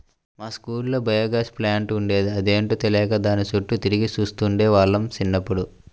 మా స్కూల్లో biogas plant ఉండేది, అదేంటో తెలియక దాని చుట్టూ తిరిగి చూస్తుండే వాళ్ళం చిన్నప్పుడు